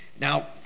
Now